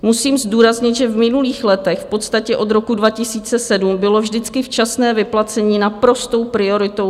Musím zdůraznit, že v minulých letech, v podstatě od roku 2007, bylo vždycky včasné vyplacení naprostou prioritou MPSV.